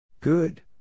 Good